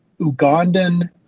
Ugandan